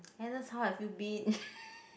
Agnes how have you been